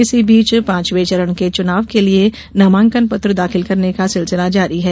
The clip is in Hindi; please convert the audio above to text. इस बीच पांचवें चरण के चुनाव के लिए नामांकन पत्र दाखिल करने का सिलसिला जारी है